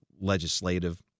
legislative